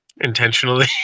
intentionally